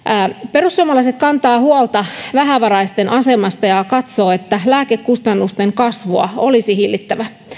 perussuomalaiset kantavat huolta vähävaraisten asemasta ja katsovat että lääkekustannusten kasvua olisi hillittävä